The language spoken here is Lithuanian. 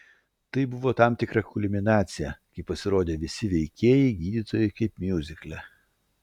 tai buvo tam tikra kulminacija kai pasirodė visi veikėjai gydytojai kaip miuzikle